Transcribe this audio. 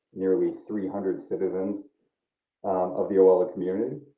nearly three hundred citizens of the oella community.